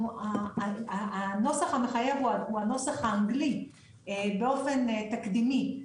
הנוסח המחייב הוא הנוסח האנגלי באופן תקדימי,